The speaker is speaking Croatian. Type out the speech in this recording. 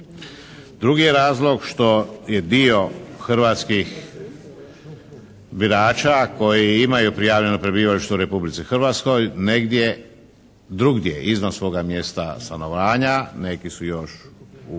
Drugi je razlog što je dio hrvatskih birača koji imaju prijavljeno prebivalište u Republici Hrvatskoj negdje drugdje izvan svoga mjesta stanovanja. Neki su još u